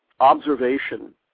observation